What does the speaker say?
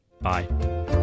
bye